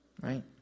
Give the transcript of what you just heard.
Right